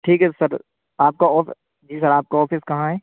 ٹھیک ہے سر آپ کا جی سر آپ کا آفس کہاں ہے